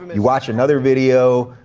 you watch another video,